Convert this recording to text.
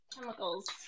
chemicals